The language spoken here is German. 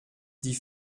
die